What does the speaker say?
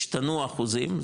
השתנו האחוזים,